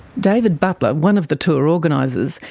david butler, one of the tour organisers,